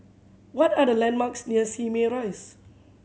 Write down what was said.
what are the landmarks near Simei Rise